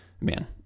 Man